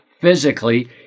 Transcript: physically